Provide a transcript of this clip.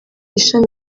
ishami